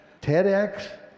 TEDx